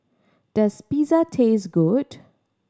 does Pizza taste good